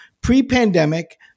Pre-pandemic